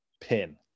pin